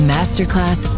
Masterclass